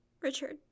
Richard